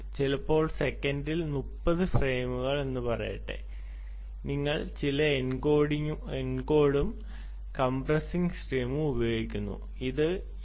അതിനാൽ സെക്കൻഡിൽ 30 ഫ്രെയിമുകൾ എന്ന് പറയട്ടെ നിങ്ങൾ ചില എൻകോഡും കംപ്രസിംഗ് സ്കീമും ഉപയോഗിക്കുന്നു അത് H